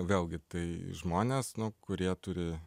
vėlgi tai žmonės kurie turi